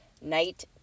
night